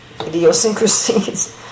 idiosyncrasies